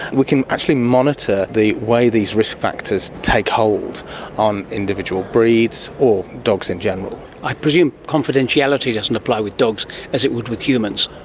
we can actually monitor the way these risk factors take hold on individual breeds or dogs in general. i presume confidentiality doesn't apply with dogs as it would with humans.